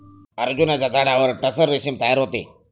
अर्जुनाच्या झाडावर टसर रेशीम तयार होते